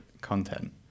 content